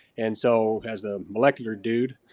and so as a molecular dude,